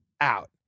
out